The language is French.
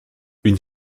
une